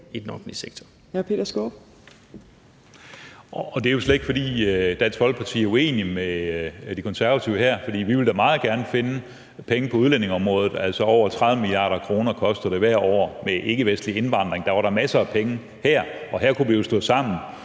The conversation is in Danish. i den offentlige sektor.